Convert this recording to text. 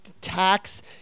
tax